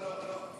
לא, לא.